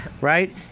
right